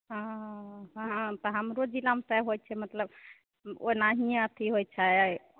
हॅं हॅं तऽ हमरो जिलामे होइ छै मतलब ओनाहिये अथी होइ छै